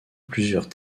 plusieurs